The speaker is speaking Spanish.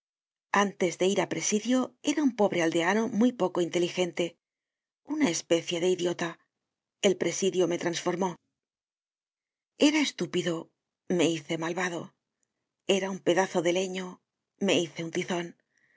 antes de ir á presidio era un pobre aldeano muy poco inteligente una especie de idiota el presidio me trasformó era estúpido me hice malvado era un pedazo de leño me hice un tizon